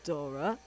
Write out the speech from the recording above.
Dora